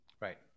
Right